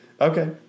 Okay